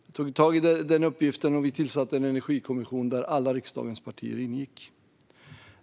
Jag tog tag i den uppgiften, och vi tillsatte en energikommission där alla riksdagens partier ingick.